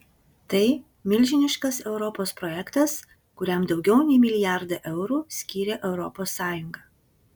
tai milžiniškas europos projektas kuriam daugiau nei milijardą eurų skyrė europos sąjunga